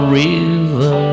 river